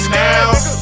now